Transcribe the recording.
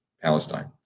Palestine